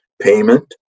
payment